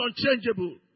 unchangeable